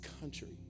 country